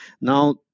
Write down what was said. now